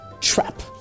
trap